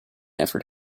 effort